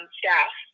staff